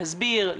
להסביר,